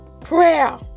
prayer